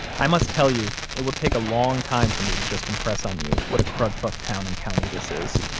i must tell you, it will take a long time for me to just impress on you what a crud-fuck town and county this is.